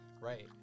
Right